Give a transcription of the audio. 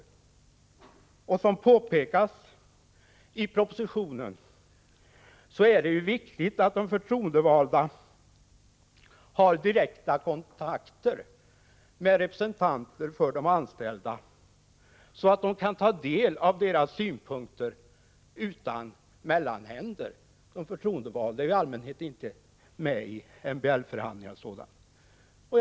NS RE Närvarorätt för perso Som påpekas i propositionen är det viktigt att de förtroendevalda har Iföreträdare ik direkta kontakter med representanter för de anställda, så att de kan ta del av 2 fer Te SN SE deras synpunkter utan mellanhänder. De förtroendevalda är ju i allmänhet MAREN inte med i MBL-förhandlingar osv.